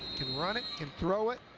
can run it, can throw it.